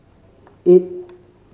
eight